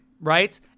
right